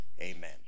Amen